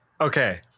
Okay